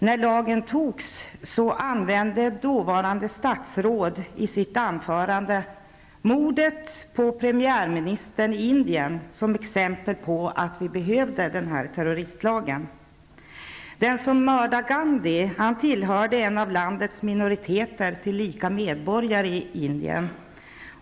När lagen antogs använde dåvarande statsrådet i sitt anförande i kammardebatten mordet på premiärministern i Indien som exempel på att terroristlagen behövdes. Den som mördade Gandhi tillhörde en av landets minoriteter och var tillika medborgare i Indien.